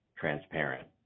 transparent